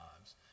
lives